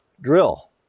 drill